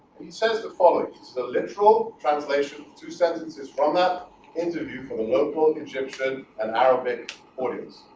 he says the following the literal translation two sentences from that interview for the local egyptian and arabic audience